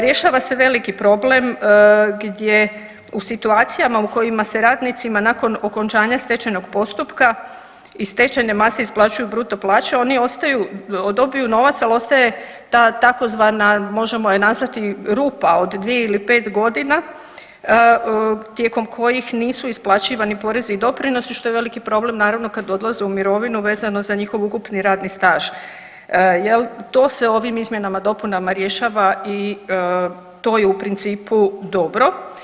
Rješava se veliki problem gdje u situacijama u kojima se radnicima nakon okončanja stečajnog postupka iz stečajne mase isplaćuju bruto plaće, oni dobiju novac, ali ostaje ta tzv. možemo je nazvati rupa od dvije ili pet godina tijekom kojih nisu isplaćivani porezi i doprinosi što je veliki problem naravno kad odlaze u mirovinu vezano za njihov ukupni radni staž, to se ovim izmjenama i dopunama rješava i to je u principu dobro.